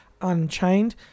unchained